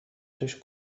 توش